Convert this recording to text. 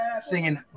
Singing